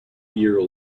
year